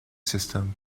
system